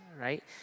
right